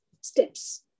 steps